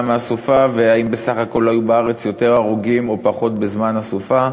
מהסופה ואם בסך הכול היו בארץ יותר הרוגים או פחות בזמן הסופה.